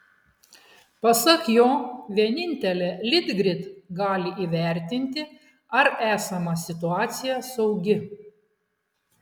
pasak jo vienintelė litgrid gali įvertinti ar esama situacija saugi